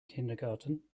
kindergarten